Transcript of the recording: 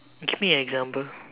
give me an example